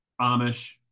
Amish